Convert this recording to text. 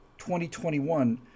2021